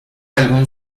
algún